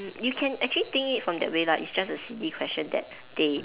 um you can actually think it from that way lah it's just a silly question that they